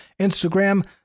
Instagram